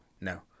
no